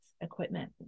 equipment